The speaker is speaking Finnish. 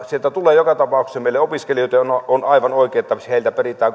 sieltä tulee joka tapauksessa meille opiskelijoita jolloin on aivan oikein että heiltä peritään